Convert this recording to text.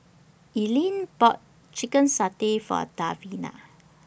Ellyn bought Chicken Satay For Davina